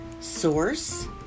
source